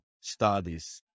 studies